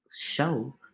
show